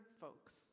folks